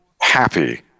happy